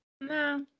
No